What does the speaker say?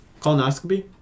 Colonoscopy